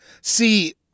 see